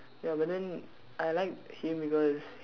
ya but then I like him because